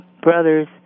brothers